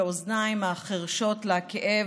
באוזניים החירשות לכאב